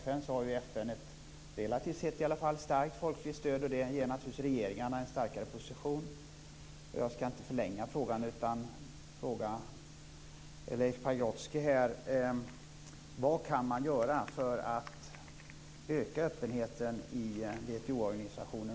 FN har ju ett relativt sett starkt folkligt stöd. Det ger naturligtvis regeringarna en starkare position.